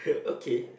okay